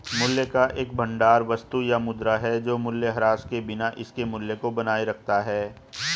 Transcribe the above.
मूल्य का एक भंडार वस्तु या मुद्रा है जो मूल्यह्रास के बिना इसके मूल्य को बनाए रखता है